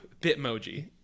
Bitmoji